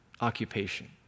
occupation